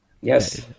yes